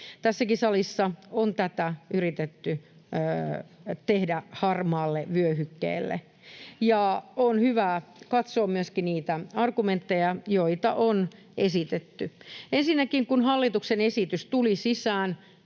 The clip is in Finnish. Tässäkin salissa on tätä yritetty tehdä harmaalle vyöhykkeelle. On hyvä katsoa myöskin niitä argumentteja, joita on esitetty. Ensinnäkin kun hallituksen esitys tuli sisään,